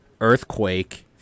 Earthquake